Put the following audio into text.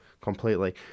completely